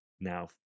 now